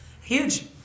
Huge